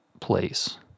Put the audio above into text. place